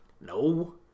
No